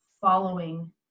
following